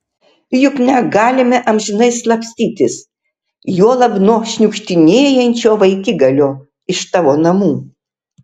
juk negalime amžinai slapstytis juolab nuo šniukštinėjančio vaikigalio iš tavo namų